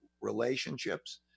relationships